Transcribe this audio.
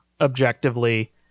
objectively